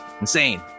Insane